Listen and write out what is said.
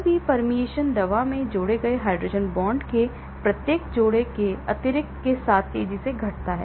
BBB permeation दवा में जोड़े गए हाइड्रोजन बांड के प्रत्येक जोड़े के अतिरिक्त के साथ तेजी से घटता है